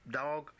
dog